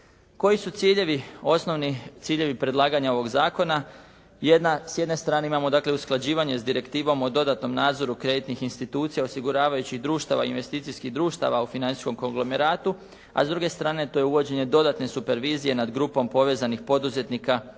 ciljevi, osnovni ciljevi predlaganja ovog zakona? S jedne strane imamo dakle usklađivanje s Direktivom o dodatnom nadzoru kreditnih institucija osiguravajućih društava i investicijskih društava u financijskom konglomeratu, a s druge strane, to je uvođenje dodatne supervizije nad grupom povezanih poduzetnika u